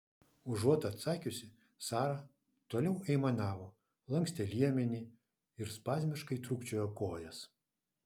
užuot atsakiusi sara toliau aimanavo lankstė liemenį ir spazmiškai trūkčiojo kojas